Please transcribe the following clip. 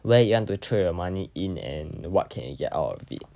where you want to throw your money in and what can you get out of it